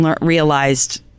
realized